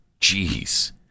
Jeez